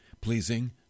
pleasing